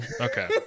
okay